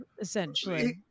essentially